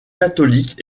catholiques